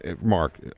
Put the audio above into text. Mark